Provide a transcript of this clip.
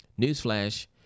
Newsflash